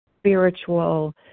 spiritual